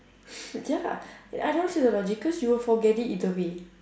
ya I don't see the logic cause you will forget it either way